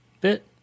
bit